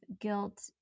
guilt